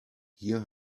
hier